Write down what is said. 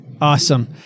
Awesome